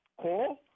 call